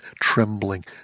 trembling